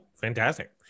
fantastic